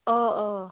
آ آ